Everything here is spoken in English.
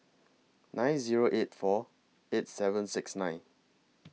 nine Zero eight four eight seven six nine